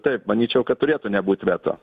taip manyčiau kad turėtų nebūt veto